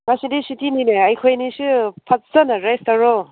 ꯉꯁꯤꯗꯤ ꯁꯨꯇꯤꯅꯤꯅꯦ ꯑꯩꯈꯣꯏꯅꯤꯁꯨ ꯐꯖꯅ ꯔꯦꯁ ꯇꯧꯔꯣ